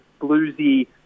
bluesy